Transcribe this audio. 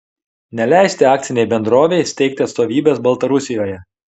neleisti akcinei bendrovei steigti atstovybės baltarusijoje